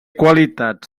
qualitats